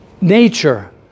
nature